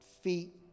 feet